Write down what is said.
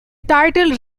title